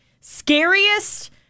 scariest